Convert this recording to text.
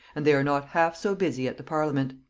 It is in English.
and they are not half so busy at the parliament.